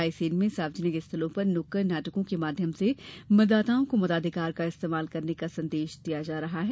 रायसेन में सार्वजनिक स्थलों पर नुक्कड़ नाटकों के माध्यम से मतदाताओं को मताधिकार का इस्तेमाल करने का संदेश दिया जा रहा है